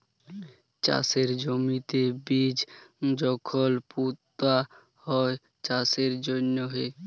চাষের জমিতে বীজ যখল পুঁতা হ্যয় চাষের জ্যনহে